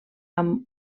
amb